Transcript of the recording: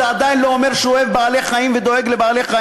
זה עדיין לא אומר שהוא אוהב בעלי-חיים ודואג לבעלי-חיים.